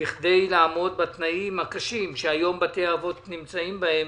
בכדי לעמוד בתנאים הקשים שהיום בתי האבות נמצאים בהם.